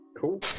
cool